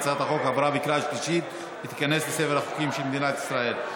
הצעת החוק עברה בקריאה השלישית ותיכנס לספר החוקים של מדינת ישראל.